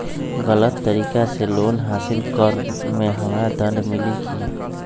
गलत तरीका से लोन हासिल कर्म मे हमरा दंड मिली कि?